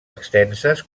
extenses